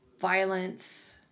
violence